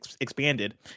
expanded